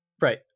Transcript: Right